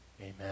Amen